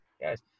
yes